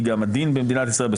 היא גם הדין במדינת ישראל,